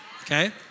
okay